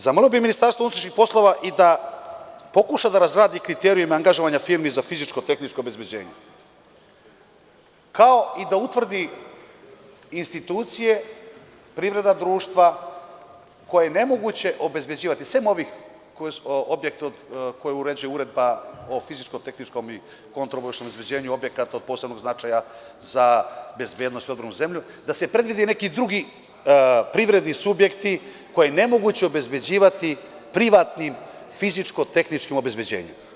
Zamolio bih MUP i da pokuša da razradi kriterijume angažovanja firmi za fizičko tehničko obezbeđenje, kao i da utvrdi institucije, privredna društva koja je ne moguće obezbeđivati, sem objekata koje uređuje uredba o fizičko tehničkom i kontraobaveštajnom obezbeđenju objekata od posebnog značaja za bezbednost i odbranu zemlje, da se predvide neki drugi privredni subjekti koje je ne moguće obezbeđivati privatnim fizičko tehničkim obezbeđenjem.